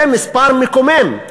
זה מספר מקומם.